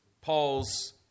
Paul's